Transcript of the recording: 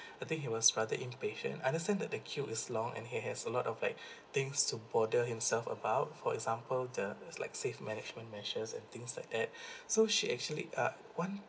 I think he was rather impatient understand that the queue is long and he has a lot of like things to bother himself about for example the it's like safe management measures and things like that so she actually uh one